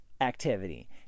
activity